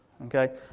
Okay